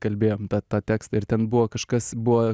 kalbėjom bet tą tekstą ir ten buvo kažkas buvo